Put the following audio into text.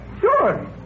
Sure